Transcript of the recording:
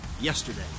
yesterday